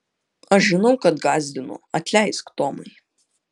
aš žinau kad gąsdinu atleisk tomai